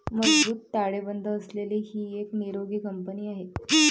मजबूत ताळेबंद असलेली ही एक निरोगी कंपनी आहे